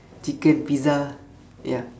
chicken pizza ya